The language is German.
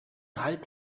halt